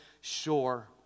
sure